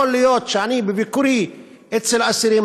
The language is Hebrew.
יכול להיות שאני בביקורי אצל האסירים